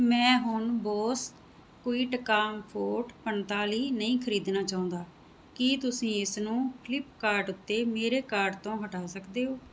ਮੈਂ ਹੁਣ Bose QuietComfort ਪੰਤਾਲੀ ਨਹੀਂ ਖਰੀਦਣਾ ਚਾਹੁੰਦਾ ਕੀ ਤੁਸੀਂ ਇਸ ਨੂੰ ਫਲਿਪਕਾਰਟ ਉੱਤੇ ਮੇਰੇ ਕਾਰਟ ਤੋਂ ਹਟਾ ਸਕਦੇ ਹੋ